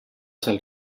cel